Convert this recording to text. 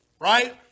Right